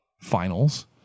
finals